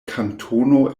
kantono